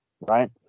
Right